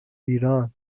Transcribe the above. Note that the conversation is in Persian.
ایران